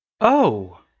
Oh